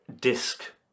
Disc